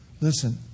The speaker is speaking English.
listen